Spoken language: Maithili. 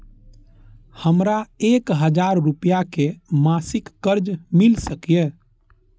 हमरा एक हजार रुपया के मासिक कर्ज मिल सकिय?